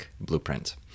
Blueprint